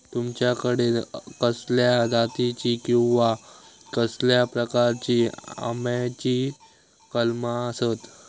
तुमच्याकडे कसल्या जातीची किवा कसल्या प्रकाराची आम्याची कलमा आसत?